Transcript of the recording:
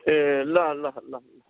ए ल ल ल ल